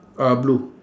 uh blue